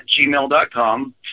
gmail.com